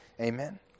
Amen